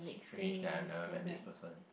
strange that I never met this person